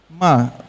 Ma